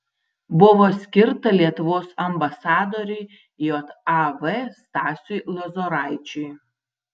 buvo skirta lietuvos ambasadoriui jav stasiui lozoraičiui